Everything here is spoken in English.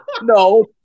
No